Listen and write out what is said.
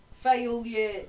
failure